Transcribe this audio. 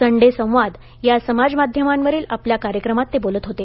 Sunday संवाद या समाज माध्यमावरील आपल्या कार्यक्रमांत ते बोलत होते